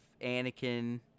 Anakin